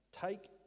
Take